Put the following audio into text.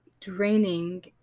draining